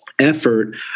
effort